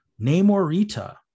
Namorita